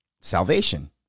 salvation